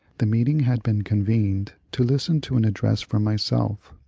the meeting had been convened to listen to an address from myself,